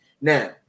Now